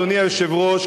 אדוני היושב-ראש,